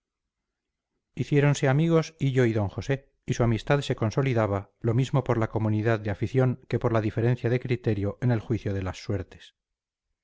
pasaba hiciéronse amigos hillo y d josé y su amistad se consolidaba lo mismo por la comunidad de afición que por la diferencia de criterio en el juicio de las suertes